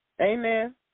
Amen